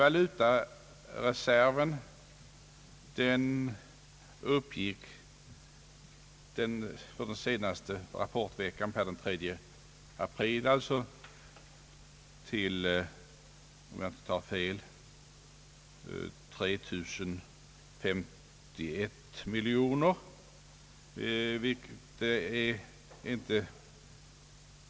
Om jag inte tar fel, uppgick den redovisade valutareserven enligt rapporten, per den 3 april, till 3 051 miljoner kronor, vartill kommer affärsbankernas nettovalutafordringar.